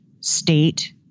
state